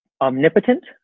omnipotent